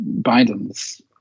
Biden's